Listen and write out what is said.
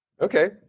Okay